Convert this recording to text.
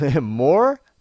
more